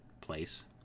place